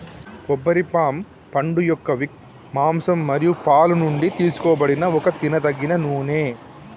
కొబ్బరి పామ్ పండుయొక్క విక్, మాంసం మరియు పాలు నుండి తీసుకోబడిన ఒక తినదగిన నూనె